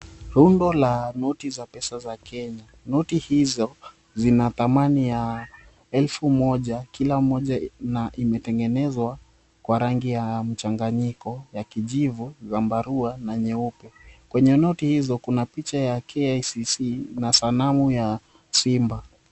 Rundo la noti za pesa za Kenya. Noti hizo zina dhamani ya elfu moja kila moja imetengenezwa kwa rangi ya mchanganyiko ya kijivu, zambarua, na nyeupe. Kwenye noti hizo, kuna picha ya KICC na sanamu ya simba.